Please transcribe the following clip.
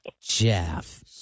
Jeff